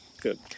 good